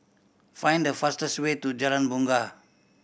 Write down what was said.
find the fastest way to Jalan Bungar